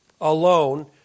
alone